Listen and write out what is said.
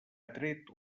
atret